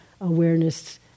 awareness